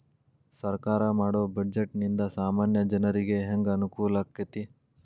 ಸರ್ಕಾರಾ ಮಾಡೊ ಬಡ್ಜೆಟ ನಿಂದಾ ಸಾಮಾನ್ಯ ಜನರಿಗೆ ಹೆಂಗ ಅನುಕೂಲಕ್ಕತಿ?